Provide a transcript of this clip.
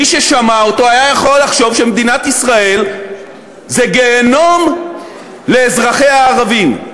מי ששמע אותו היה יכול לחשוב שמדינת ישראל זה גיהינום לאזרחיה הערבים.